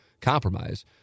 compromise